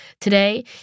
today